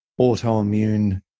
autoimmune